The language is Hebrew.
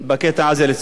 לצערי הרב,